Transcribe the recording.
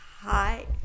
Hi